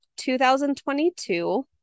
2022